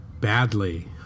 badly